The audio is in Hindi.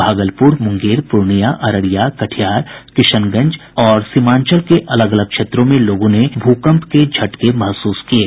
भागलपुर मुंगेर पूर्णिया अररिया कटिहार किशनगंज समेत सीमांचल क्षेत्र में लोगों ने भूकंप के झटके महसूस किये